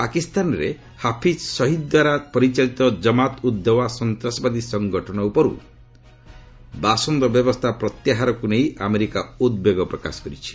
ପାକିସ୍ତାନରେ ହାଫିଜ୍ ଶହିଦ୍ ଦ୍ୱାରା ପରିଚାଳିତ ଜମାତ୍ ଉଦ୍ ଦୱା ସନ୍ତାସବାଦୀ ସଂଗଠନ ଉପରୁ ବାସନ୍ଦ ବ୍ୟବସ୍ଥା ପ୍ରତ୍ୟାହାରକୁ ନେଇ ଆମେରିକା ଉଦ୍ବେଗ ପ୍ରକାଶ କରିଛି